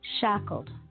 shackled